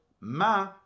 ma